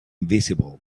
visible